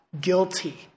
guilty